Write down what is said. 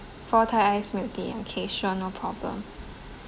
four thai ice milk tea and okay sure no problem